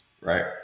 Right